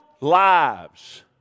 lives